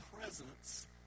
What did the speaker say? presence